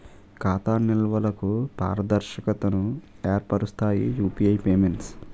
ఖాతా నిల్వలకు పారదర్శకతను ఏర్పరుస్తాయి యూపీఐ పేమెంట్స్